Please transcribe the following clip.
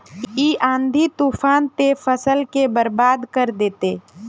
इ आँधी तूफान ते फसल के बर्बाद कर देते?